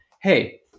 hey